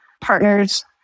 partners